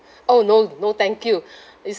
oh no no thank you is